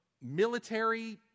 military